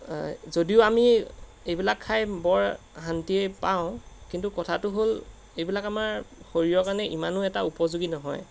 যদিও আমি এইবিলাক খাই বৰ শান্তিয়ে পাওঁ কিন্তু কথাটো হ'ল এইবিলাক আমাৰ শৰীৰৰ কাৰণে ইমানো এটা উপযোগী নহয়